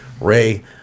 Ray